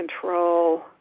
control